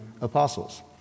apostles